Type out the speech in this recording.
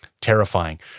terrifying